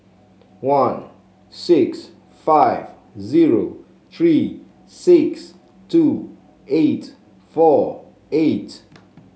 one six five zero three six two eight four eight